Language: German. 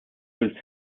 fühlt